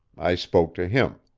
i spoke to him.